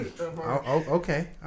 Okay